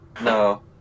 No